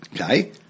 Okay